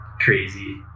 crazy